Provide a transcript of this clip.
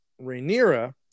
Rhaenyra